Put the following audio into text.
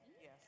Yes